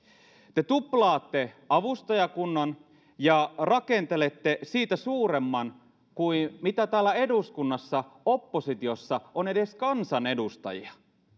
te tuplaatte avustajakunnan ja rakentelette siitä suuremman kuin mitä täällä eduskunnassa oppositiossa on edes kansanedustajia